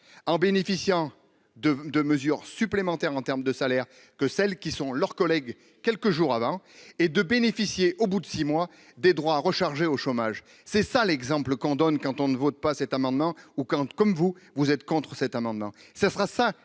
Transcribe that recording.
en bénéficiant de de mesures supplémentaires en termes de salaire que celles qui sont leurs collègues quelques jours avant et de bénéficier au bout de 6 mois des droits recharger au chômage, c'est ça l'exemple qu'on donne quand on ne vote pas cet amendement ou quand, comme vous, vous êtes contre cet amendement,